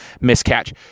miscatch